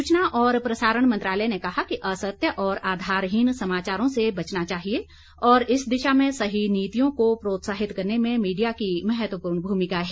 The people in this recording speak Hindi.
सूचना और प्रसारण मंत्रालय ने कहा कि असत्य और आधारहीन समाचारों से बचना चाहिए और इस दिशा में सही नीतियों को प्रोत्साहित करने में मीडिया की महत्वपूर्ण भूमिका है